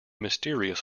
mysterious